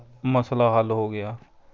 ਮਸਲਾ ਹੱਲ ਹੋ ਗਿਆ